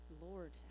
Lord